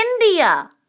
India